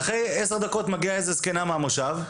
ואחרי 10 דקות, מגיעה זקנה מהמושב,